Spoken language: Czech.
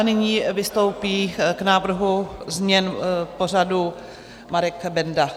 Nyní vystoupí k návrhu změn pořadu Marek Benda.